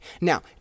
Now